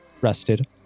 rested